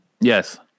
Yes